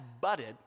butted